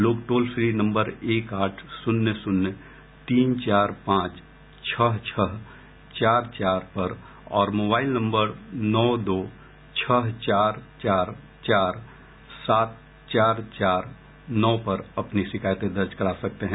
लोग toll free number एक आठ शून्य शून्य तीन चार पांच छह छह चार चार पर और मोबाइल नम्बर नौ दो छह चार चार सात चार चार नौ पर अपनी शिकायतें दर्ज करा सकते हैं